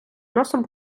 носом